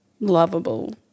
lovable